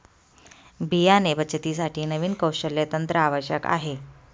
बियाणे बचतीसाठी नवीन कौशल्य तंत्र आवश्यक आहे